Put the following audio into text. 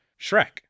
Shrek